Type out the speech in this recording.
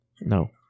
No